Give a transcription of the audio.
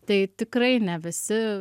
tai tikrai ne visi